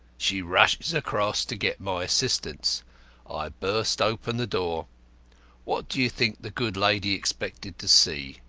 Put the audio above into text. she rushes across to get my assistance i burst open the door what do you think the good lady expected to see?